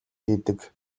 хийдэг